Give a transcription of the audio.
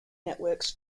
networks